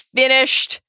finished